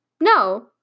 No